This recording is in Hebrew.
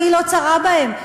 עיני לא צרה בהם,